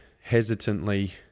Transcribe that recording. hesitantly